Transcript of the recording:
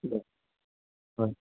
ঠিক আছে হয়